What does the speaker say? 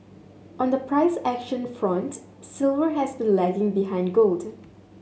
on the price action front silver has been lagging behind gold